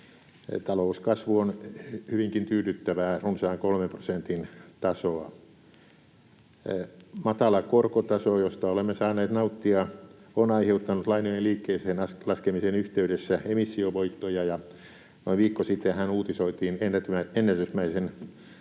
Talouskasvu on hyvinkin tyydyttävää, runsaan 3 prosentin tasoa. Matala korkotaso, josta olemme saaneet nauttia, on aiheuttanut lainojen liikkeeseen laskemisen yhteydessä emissiovoittoja, ja noin viikko sittenhän uutisoitiin ennätysmäisen